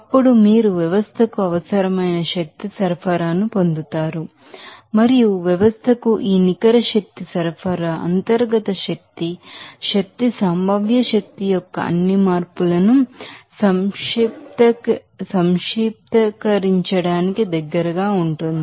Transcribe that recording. అప్పుడు మీరు వ్యవస్థకు అవసరమైన శక్తి సరఫరాను పొందుతారు మరియు వ్యవస్థకు ఈ నికర శక్తి సరఫరా internal energy kinetic energy potential energy యొక్క అన్ని మార్పులను సంక్షిప్తీకరించడానికి దగ్గరగా ఉంటుంది